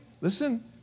listen